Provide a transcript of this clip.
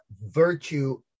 virtue